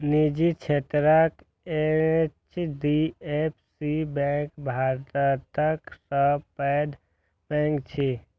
निजी क्षेत्रक HDFC bank भारतक सबसं पैघ बैंक छियै